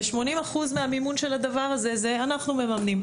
ו-80% מהמימון של הדבר הזה זה אנחנו מממנים,